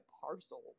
parcel